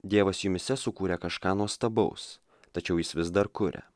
dievas jumyse sukūrė kažką nuostabaus tačiau jis vis dar kuria